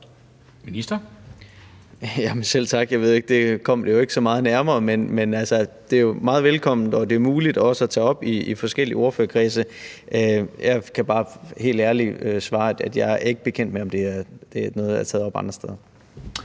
ikke, om vi kom det så meget nærmere, men det er jo meget velkomment og også muligt at tage op i forskellige ordførerkredse. Jeg kan bare helt ærligt svare, at jeg ikke er bekendt med, om det er noget, der er